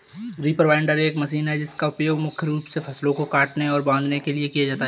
reaper binder एक machine है जिसका उपयोग मुख्य रूप से फसलों को काटने और बांधने के लिए किया जाता है